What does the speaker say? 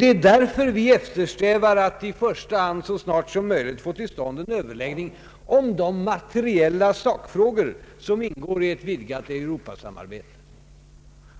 Det är därför vi eftersträvar att så snart som möjligt i första hand få till stånd en överläggning om de materiella sakfrågor som ingår i ett vidgat europeiskt samarbete,